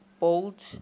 bold